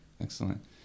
excellent